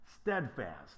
steadfast